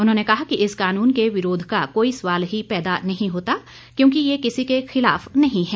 उन्होंने कहा कि इस कानून के विरोध का कोई सवाल ही पैदा नहीं होता क्योंकि ये किसी के खिलाफ नहीं है